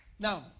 Now